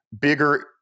bigger